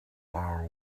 are